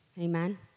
Amen